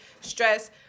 stress